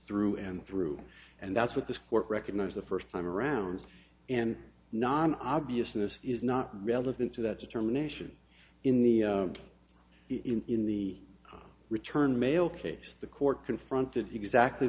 through and through and that's what this court recognized the first time around and non obviousness is not relevant to that determination in the in the return mail case the court confronted exactly